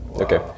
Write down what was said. okay